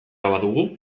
badugu